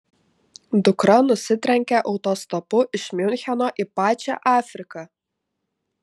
dukra nusitrenkė autostopu iš miuncheno į pačią afriką